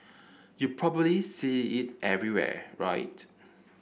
you probably see it everywhere right